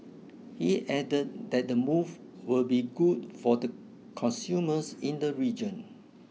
he added that the move will be good for the consumers in the region